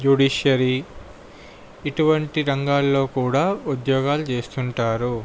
judiciary ఇటువంటి రంగాల్లో కూడా ఉద్యోగాలు చేస్తుంటారు